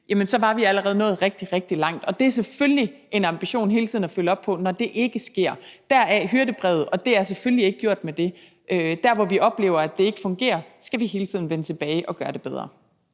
så var vi allerede nået rigtig, rigtig langt. Og det er selvfølgelig en ambition hele tiden at følge op på det, når det ikke sker – deraf hyrdebrevet; og det er selvfølgelig ikke gjort med det. Der, hvor vi oplever, at det ikke fungerer, skal vi hele tiden vende tilbage til og gøre det bedre.